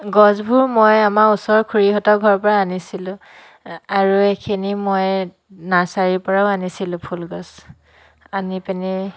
গছবোৰ মই আমাৰ ওচৰৰ খুৰীহঁতৰ ঘৰৰ পৰা আনিছিলোঁ আৰু এইখিনি মই নাৰ্চাৰীৰ পৰাও আনিছিলোঁ ফুল গছ আনি পিনি